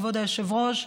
כבוד היושב-ראש,